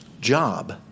job